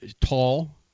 tall